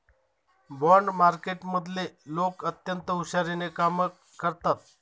bond मार्केटमधले लोक अत्यंत हुशारीने कामं करतात